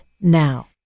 now